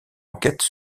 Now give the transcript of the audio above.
enquête